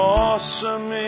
awesome